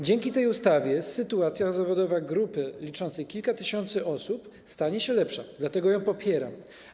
Dzięki tej ustawie sytuacja zawodowa grupy liczącej kilka tysięcy osób stanie się lepsza, dlatego ją popieram.